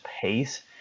pace